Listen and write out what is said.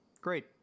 Great